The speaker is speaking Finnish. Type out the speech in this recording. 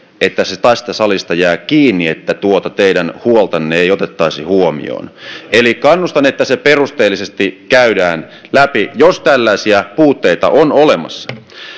että se tästä salista jää kiinni että tuota teidän huoltanne ei otettaisi huomioon eli kannustan että se perusteellisesti käydään läpi jos tällaisia puutteita on olemassa